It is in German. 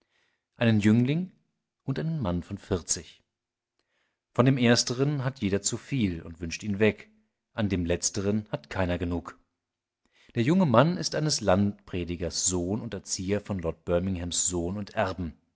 einen jüngling und einen mann von vierzig von dem ersteren hat jeder zu viel und wünscht ihn weg an dem letzteren hat keiner genug der junge mann ist eines landpredigers sohn und erzieher von lord birminghams sohn und erben